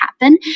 happen